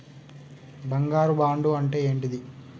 బంగారు బాండు అంటే ఏంటిది?